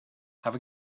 have